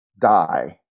die